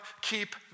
keep